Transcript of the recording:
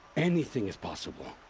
anything is possible!